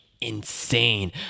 insane